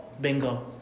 bingo